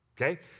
Okay